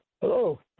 Hello